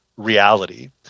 reality